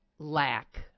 lack